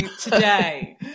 today